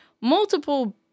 multiple